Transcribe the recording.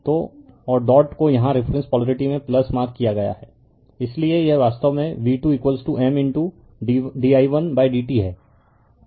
तो और डॉट को यहां रिफरेन्स पोलरिटी में मार्क किया गया है इसलिए यह वास्तव में v2 M di1dt है